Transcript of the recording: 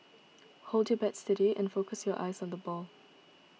hold your bat steady and focus your eyes on the ball